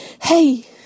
Hey